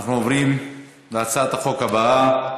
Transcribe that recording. אנחנו עוברים להצעת החוק הבאה,